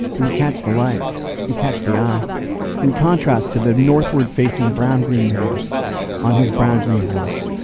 it would catch the light and catch the eye in contrast to the northward facing brown-green man on his brown-green horse,